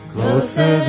Closer